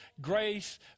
grace